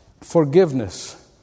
forgiveness